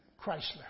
Chrysler